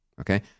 okay